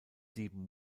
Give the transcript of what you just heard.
sieben